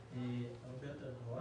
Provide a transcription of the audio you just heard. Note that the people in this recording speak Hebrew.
הרבה יותר גבוהה.